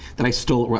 that i stole,